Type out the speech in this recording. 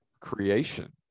creation